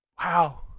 Wow